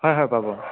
হয় হয় পাব